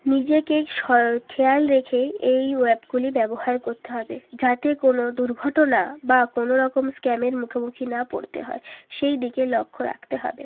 নিজেকেই খেয়াল রেখে এই অ্যাপগুলি ব্যবহার করতে হবে যাতে কোনো দুর্ঘটনা বা কোনো রকম স্ক্যামের মুখোমুখি না পড়তে হয় সেই দিকে লক্ষ্য রাখতে হবে